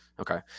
Okay